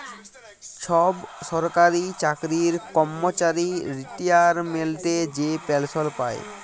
ছব সরকারি চাকরির কম্মচারি রিটায়ারমেল্টে যে পেলসল পায়